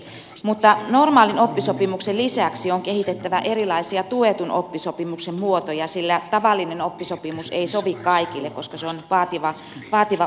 mutta normaalin oppisopimuksen lisäksi on kehitettävä erilaisia tuetun oppisopimuksen muotoja sillä tavallinen oppisopimus ei sovi kaikille koska se on vaativa opiskelumuoto